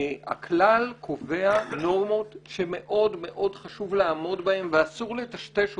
הכלל קובע נורמות שמאוד מאוד חשוב לעמוד בהן ואסור לטשטש אותן.